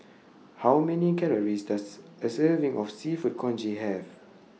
How Many Calories Does A Serving of Seafood Congee Have